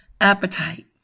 Appetite